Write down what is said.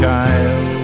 Child